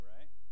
Right